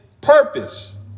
purpose